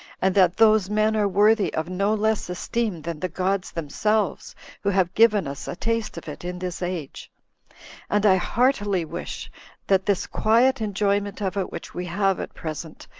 and that those men are worthy of no less esteem than the gods themselves who have given us a taste of it in this age and i heartily wish that this quiet enjoyment of it, which we have at present,